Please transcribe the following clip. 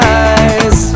eyes